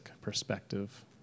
perspective